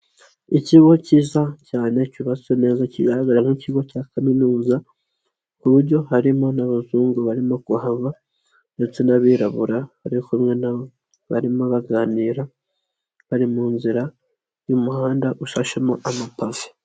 Ikigo cyiza cyane cyubatswe neza kigaragara nk'ikigo cya kaminuza, ku buryo harimo n'abazungu barimo kuhava ndetse n'abirabura bari kumwe na bo, barimo baganira, bari mu nzira y'umuhanda ushashemo amapave.